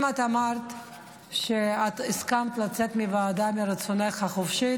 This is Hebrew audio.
אם אמרת שהסכמת לצאת מהוועדה מרצונך החופשי,